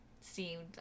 seemed